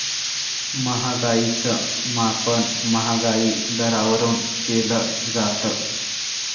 महागाईच मापन महागाई दरावरून केलं जातं